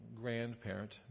grandparent